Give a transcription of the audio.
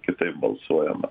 kitaip balsuojama